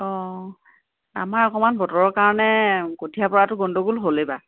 অঁ আমাৰ অকণমান বতৰৰ কাৰণে কঠীয়া পৰাটো গণ্ডগোল হ'ল এইবাৰ